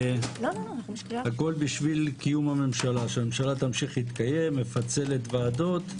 והכול בשביל שהממשלה תמשיך להתקיים מפצלת ועדות.